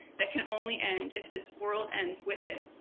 that can only end if this world ends with it,